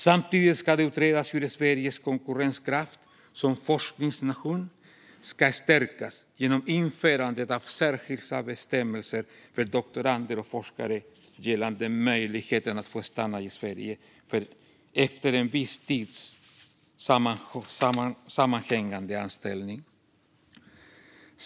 Samtidigt ska det utredas hur Sveriges konkurrenskraft som forskningsnation kan stärkas genom införandet av särskilda bestämmelser gällande möjligheten för doktorander och forskare att stanna i Sverige efter en viss tids sammanhängande anställning.